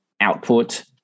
output